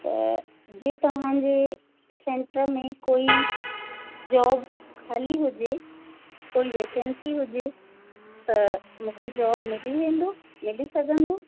त जे तव्हांजे सैंटर में कोई जॉब खाली हुजे कोई वैकंसी हुजे त मूंखे जॉब मिली वेंदो मिली सघंदो